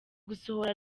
gusohora